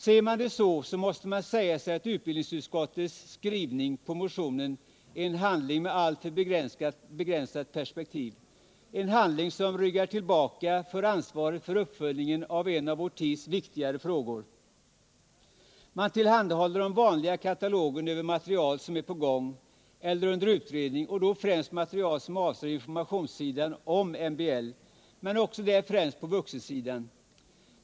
Ser man det så, måste man säga sig att utbildningsutskottets skrivning över motionen är en handling med alltför begränsat perspektiv, en handling som ryggar tillbaka från ansvaret för uppföljningen av en av vår tids viktigare frågor. Utskottet tillhandahåller den vanliga katalogen över material som är på gång eller under utredning, och då mest material som avser information om MBL, men också där främst på vuxensidan.